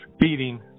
feeding